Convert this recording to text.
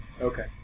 Okay